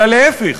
אלא להפך,